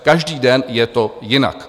Každý den je to jinak.